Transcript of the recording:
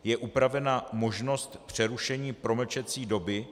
Je upravena možnost přerušení promlčecí doby.